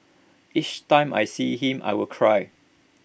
each time I see him I will cry